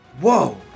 whoa